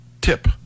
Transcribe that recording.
tip